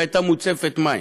שהייתה מוצפת מים.